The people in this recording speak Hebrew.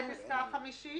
מה יהיה בפסקה (5)?